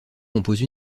compose